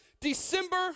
December